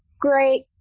great